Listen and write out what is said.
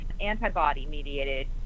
antibody-mediated